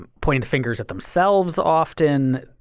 ah pointing the fingers at themselves often.